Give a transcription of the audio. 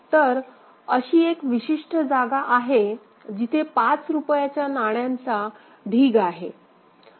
तर अशी एक विशिष्ट जागा आहे जिथे 5 रुपयाच्या नाण्यांचा ढीग आहे